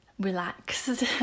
relaxed